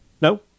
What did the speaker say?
No